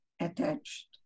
attached